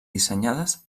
dissenyades